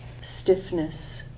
stiffness